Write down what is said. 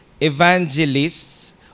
evangelists